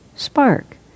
Spark